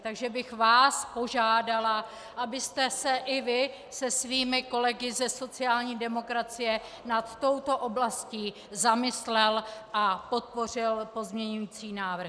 Takže bych vás požádala, abyste se i vy se svými kolegy ze sociální demokracie nad touto oblastí zamyslel a podpořil pozměňovací návrhy.